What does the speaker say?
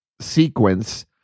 sequence